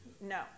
No